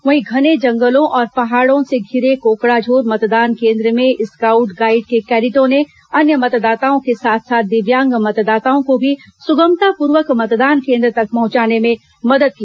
वहीं घने जंगलों और पहाड़ो े धिरे कोकड़ाझोर मतदान केंद्र में स्काउट गाईड के कैंडिटो ने अन्य मतदाताओं के साथ साथ दिव्यांग मतदाताओं को भी सुगमतापूर्वक मतदान केंद्र तक पहुंचाने में मदद की